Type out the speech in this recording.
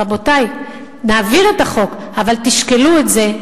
רבותי, נעביר את החוק, אבל תשקלו את זה.